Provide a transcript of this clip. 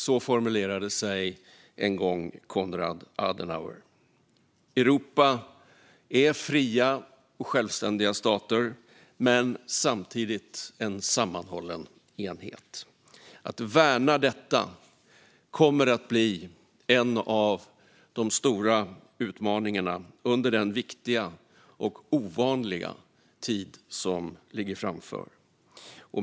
Så formulerade sig en gång Konrad Adenauer. Europa är fria och självständiga stater, men samtidigt en sammanhållen enhet. Att värna detta kommer att bli en av de stora utmaningarna under den viktiga och ovanliga tid som ligger framför oss.